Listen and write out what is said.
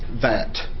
that.